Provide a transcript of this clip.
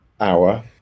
hour